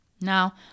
Now